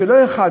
וזה לא אחד.